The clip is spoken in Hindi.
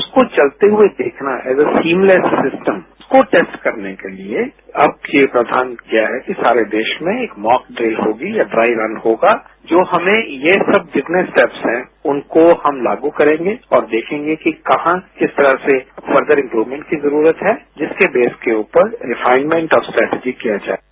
उसको चलते हुए देखना है as a seamless system as a seamless undertaking को टेस्ट करने केलिए अब ये प्रावधान किया है कि सारे देश में एक मौकड़िल होगी या ड्राई रन होगा जोहमें ये सब जितने स्टेप्स हैं उनकों हम लागू करेंगे और देखेंगे कि कहा किस तरहसे फर्दर इम्प्रूवमेंट की जरूरत है जिसके बेस के ऊपर रिफाइंडमेंट ऑफ़ स्ट्रेटेजिक किया जाएगा